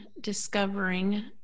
discovering